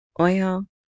oil